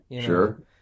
sure